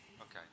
Okay